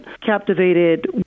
captivated